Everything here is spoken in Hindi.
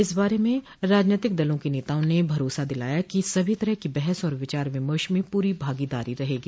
इस बारे में राजनैतिक दलों के नेताओं ने भरोसा दिलाया कि सभी तरह की बहस और विचार विमर्श में पूरी भागीदारी रहेगी